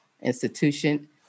institution